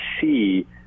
see